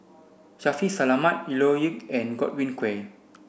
Shaffiq Selamat Leo Yip and Godwin Koay